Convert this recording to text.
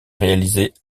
réalisée